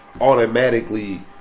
automatically